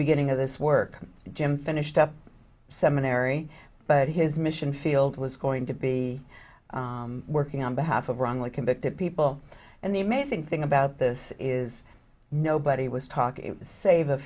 beginning of this work jim finished up seminary but his mission field was going to be working on behalf of wrongly convicted people and the amazing thing about this is nobody was talking save a